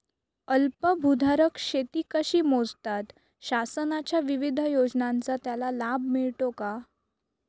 अल्पभूधारक शेती कशी मोजतात? शासनाच्या विविध योजनांचा त्याला लाभ मिळतो का?